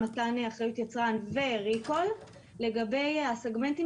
מתן אחריות יצרן וריקול לגבי הסגמנטים